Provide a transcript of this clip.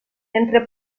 entre